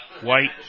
White